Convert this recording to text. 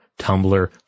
Tumblr